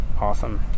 awesome